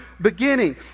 beginning